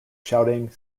shouting